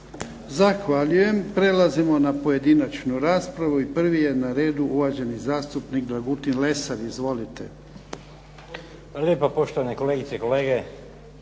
Zahvaljuje. Prelazimo na pojedinačnu raspravu i prvi je na redu uvaženi zastupnik Dragutin Lesar. Izvolite.